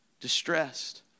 distressed